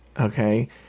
Okay